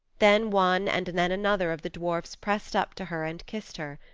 then one and then another of the dwarfs pressed up to her and kissed her.